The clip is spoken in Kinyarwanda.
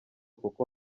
kuko